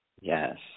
Yes